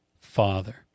father